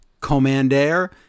commander